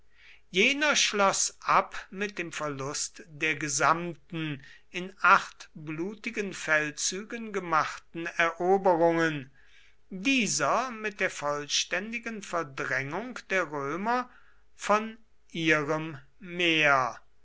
jener schloß ab mit dem verlust der gesamten in acht blutigen feldzügen gemachten eroberungen dieser mit der vollständigen verdrängung der römer von ihrem meer